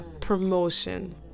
promotion